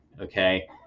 okay